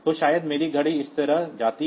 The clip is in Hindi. तो शायद मेरी घड़ी इस तरह जाती है